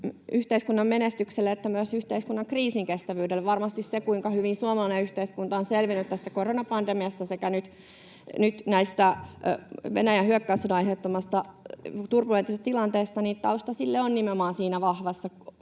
yhteiskunnan menestykselle että myös yhteiskunnan kriisinkestävyydelle. Varmasti tausta sille, kuinka hyvin suomalainen yhteiskunta on selvinnyt tästä koronapandemiasta sekä nyt tästä Venäjän hyökkäyssodan aiheuttamasta turbulentista tilanteesta, on nimenomaan siinä vahvassa